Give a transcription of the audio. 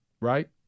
right